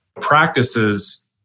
practices